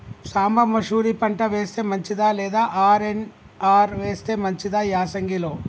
సాంబ మషూరి పంట వేస్తే మంచిదా లేదా ఆర్.ఎన్.ఆర్ వేస్తే మంచిదా యాసంగి లో?